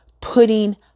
putting